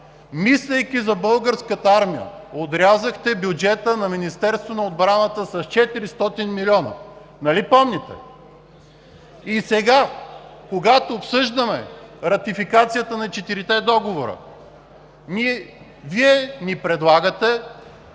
мислейки за Българската армия, отрязахте бюджета на Министерството на отбраната с 400 млн., нали помните?! И сега, когато обсъждаме ратификацията на четирите договора, Вие ни предлагате